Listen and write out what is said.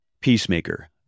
Peacemaker